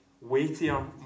weightier